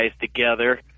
together